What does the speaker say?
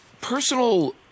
personal